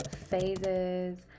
phases